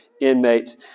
inmates